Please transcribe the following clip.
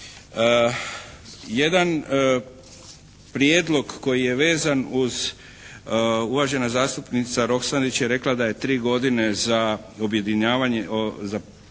Jedan prijedlog koji je vezan uz, uvažena zastupnica Roksandić je rekla da je tri godine za objedinjavanje, za postizanje